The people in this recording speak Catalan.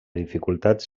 dificultats